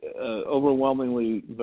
overwhelmingly